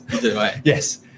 yes